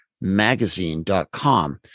magazine.com